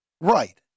right